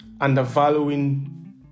undervaluing